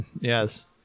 Yes